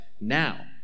now